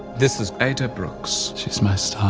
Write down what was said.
this is ada brooks. she's my star.